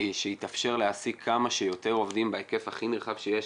שיתאפשר להעסיק כמה שיותר עובדים בהיקף הכי נרחב שיש,